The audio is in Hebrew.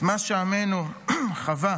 את מה שעמנו חווה